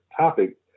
topic